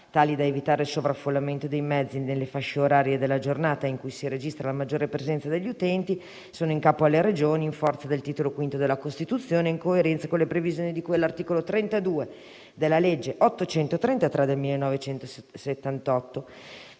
tali da evitare il sovraffollamento dei mezzi nelle fasce orarie della giornata in cui si registra la maggiore presenza degli utenti, sono in capo alle Regioni in forza del Titolo V della Costituzione, in coerenza con le previsioni di cui all'articolo 32 della legge n. 833 del 1978.